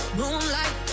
moonlight